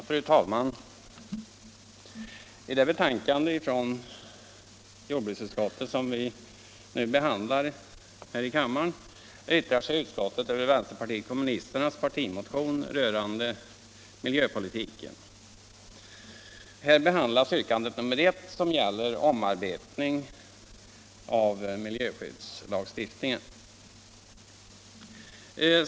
Fru talman! I det betänkande från jordbruksutskottet som vi nu behandlar här i kammaren yttrar sig utskottet över vänsterpartiet kommunisternas partimotion rörande miljöpolitiken. Här behandlas yrkandet nr I som gäller omarbetning av miljöskyddslagstiftningen.